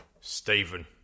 Stephen